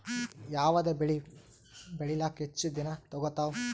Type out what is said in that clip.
ಯಾವದ ಬೆಳಿ ಬೇಳಿಲಾಕ ಹೆಚ್ಚ ದಿನಾ ತೋಗತ್ತಾವ?